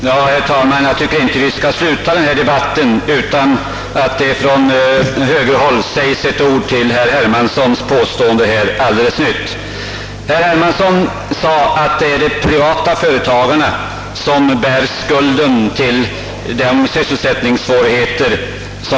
Herr talman! Jag tycker inte att denna debatt bör avslutas utan att det från högerpartihåll säges några ord med anledning av herr Hermanssons påståenden alldeles nyss. Herr Hermansson ansåg att det är de privata företagen som bär skulden till dagens sysselsättningssvårigheter.